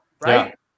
right